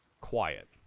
quiet